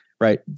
right